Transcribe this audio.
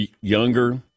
younger